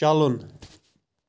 چلُن